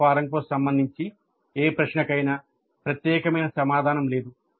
survey ఫారమ్కు సంబంధించి ఏ ప్రశ్నకైనా ప్రత్యేకమైన సమాధానం లేదు